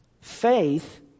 Faith